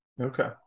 Okay